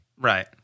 Right